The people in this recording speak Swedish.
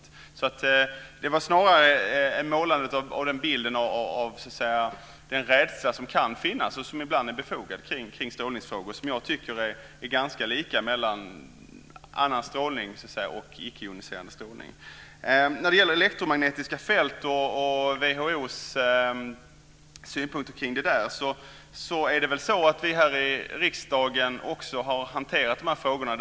Jag talade snarare om målandet av bilden av den rädsla som kan finnas och som ibland är befogad i strålningsfrågor. Jag tycker att den rädslan är ganska lika oavsett om den gäller icke joniserande strålning och annan strålning. När det gäller WHO:s synpunkter kring elektromagnetiska fält så har vi också här i riksdagen hanterat de frågorna.